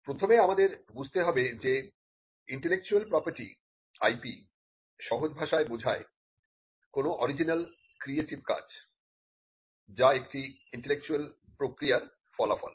প্রথমে আমাদের বুঝতে হবে যে ইন্টেলেকচুয়াল প্রপার্টি IP সহজ ভাষায় বোঝায় কোন অরিজিনাল ক্রিয়েটিভ কাজ যা একটি ইন্টেলেকচুয়াল প্রক্রিয়ার ফলাফল